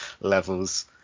levels